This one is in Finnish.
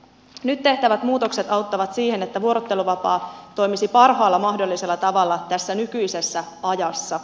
nyt tehtävät muutokset auttavat siihen että vuorotteluvapaa toimisi parhaalla mahdollisella tavalla tässä nykyisessä ajassa